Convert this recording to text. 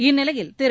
இந்நிலையில் திரு